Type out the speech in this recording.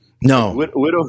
No